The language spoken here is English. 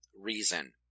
reason